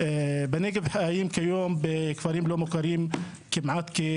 בנגב חיים כיום בכפרים לא מוכרים כ-100,000,